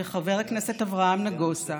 וחבר הכנסת אברהם נגוסה,